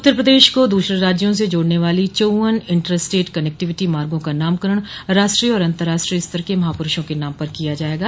उत्तर प्रदेश को दूसरे राज्यों से जोड़ने वाली चौव्वन इंटर स्टेट कनेक्टिविटी मार्गो का नामकरण राष्ट्रीय और अतंर्राष्ट्रीय स्तर के महापुरूषों के नाम पर किया जायेगा